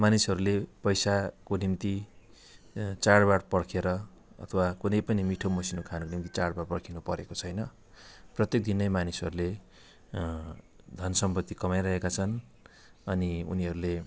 मानिसहरूले पैसाको निम्ति चाडबाड पर्खेर अथवा कुनै पनि मिठो मसिनो खानुको निम्ति चाडबाड पर्खिनु परेको छैन प्रत्येक दिन नै मानिसहरूले धन सम्पत्ति कमाइरहेका छन् अनि उनीहरूले